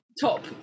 top